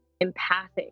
empathic